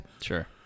Sure